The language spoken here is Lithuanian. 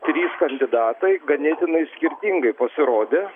trys kandidatai ganėtinai skirtingai pasirodė